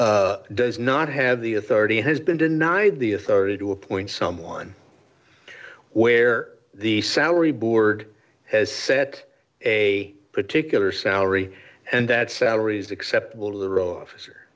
does not have the authority has been denied the authority to appoint someone where the salary board has set a particular salary and that salaries acceptable